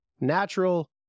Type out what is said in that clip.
natural